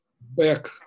back